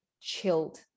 chilled